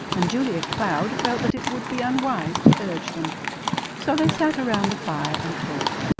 and julia cloud felt that it would be unwise to urge them so they sat around the fire and talked.